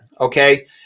okay